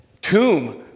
tomb